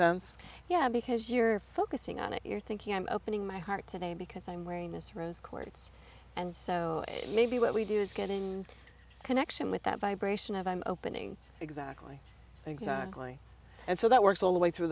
sense yeah because you're focusing on it you're thinking i'm opening my heart today because i'm wearing this rose cords and so maybe what we do is getting connection with that vibration of i'm opening exactly exactly and so that works all the way through